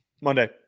Monday